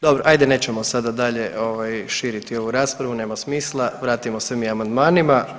Dobro, ajde nećemo sada dalje ovaj širiti ovu raspravu, nema smisla, vratimo se mi amandmanima.